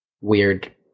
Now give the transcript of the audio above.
weird